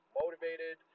motivated